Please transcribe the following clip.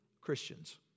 Christians